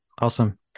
Awesome